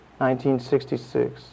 1966